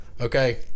Okay